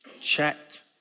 checked